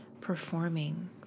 performing